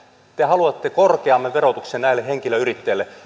te haluatte korkeamman verotuksen näille henkilöyrittäjille